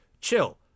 chill